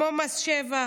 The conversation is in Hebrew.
כמו מס שבח,